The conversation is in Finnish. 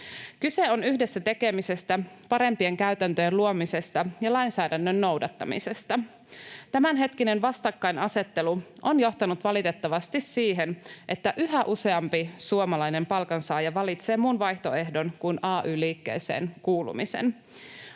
Kyse on yhdessä tekemisestä, parempien käytäntöjen luomisesta ja lainsäädännön noudattamisesta. Tämänhetkinen vastakkainasettelu on johtanut valitettavasti siihen, että yhä useampi suomalainen palkansaaja valitsee muun vaihtoehdon kuin ay-liikkeeseen kuulumisen.